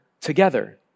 together